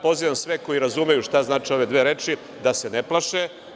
Pozivam sve koji razumeju šta znače ove dve reči da se ne plaše.